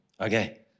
Okay